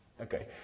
Okay